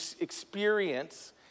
experience